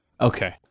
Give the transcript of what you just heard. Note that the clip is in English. Okay